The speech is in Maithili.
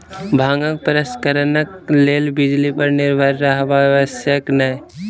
भांगक प्रसंस्करणक लेल बिजली पर निर्भर रहब आवश्यक नै